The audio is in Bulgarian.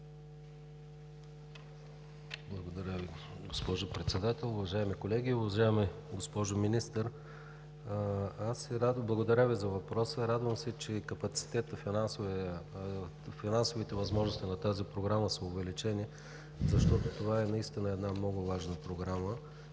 Благодаря Ви, госпожо Председател. Уважаеми колеги! Уважаема госпожо Министър, благодаря Ви за отговора. Радвам се, че финансовите възможности на тази програма са увеличени, защото това е една много важна програма,